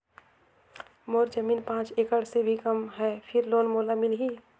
मोर जमीन पांच एकड़ से भी कम है फिर लोन मोला मिलही?